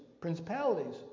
principalities